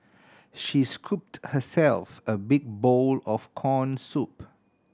she scooped herself a big bowl of corn soup